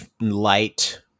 light